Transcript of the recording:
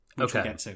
okay